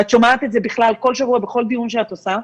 ואת שומעת את זה בכלל כל שבוע בכל דיון שאת עושה,